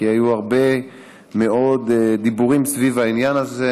כי היו הרבה מאוד דיבורים סביב העניין הזה,